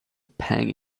pang